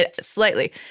slightly